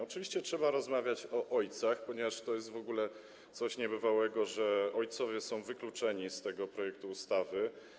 Oczywiście trzeba rozmawiać o ojcach, ponieważ to jest w ogóle coś niebywałego, że ojcowie są wykluczeni z tego projektu ustawy.